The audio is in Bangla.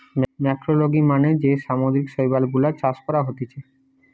ম্যাক্রোলেগি মানে যে সামুদ্রিক শৈবাল গুলা চাষ করা হতিছে